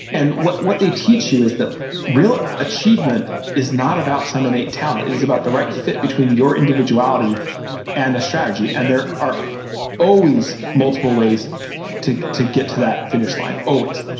and what what they teach you is that real achievement is not about some innate talent. it is about the right fit between your individuality and the strategy. and there are always multiple ways to to get to that finish line, always.